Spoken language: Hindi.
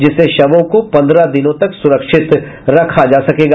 जिससे शवों को पन्द्रह दिनों तक सुरक्षित रखा जा सकेगा